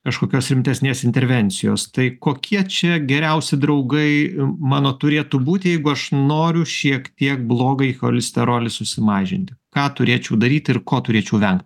kažkokios rimtesnės intervencijos tai kokie čia geriausi draugai i mano turėtų būt jeigu aš noriu šiek tiek blogąjį cholesterolį susimažinti ką turėčiau daryt ir ko turėčiau vengt